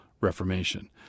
Reformation